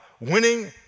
Winning